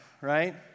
Right